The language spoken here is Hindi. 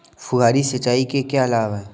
फुहारी सिंचाई के क्या लाभ हैं?